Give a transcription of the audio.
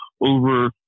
Over